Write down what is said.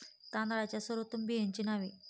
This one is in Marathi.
तांदळाच्या सर्वोत्तम बियाण्यांची नावे?